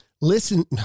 listen